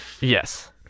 Yes